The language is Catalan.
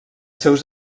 seus